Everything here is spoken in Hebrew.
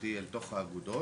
התחרותי ואל תוך האגודות,